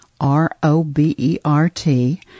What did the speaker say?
R-O-B-E-R-T